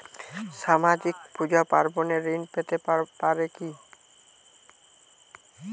সামাজিক পূজা পার্বণে ঋণ পেতে পারে কি?